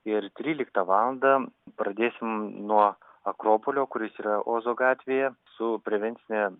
ir tryliktą valandą pradėsim nuo akropolio kuris yra ozo gatvėje su prevencine